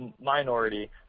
minority